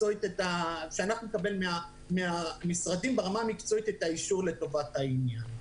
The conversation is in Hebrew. ושאנחנו נקבל מהמשרדים ברמה המקצועית את האישור לטובת העניין.